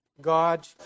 God